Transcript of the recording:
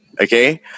Okay